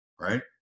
right